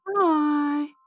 Bye